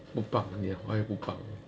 不棒你的华语不棒